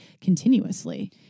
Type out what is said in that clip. continuously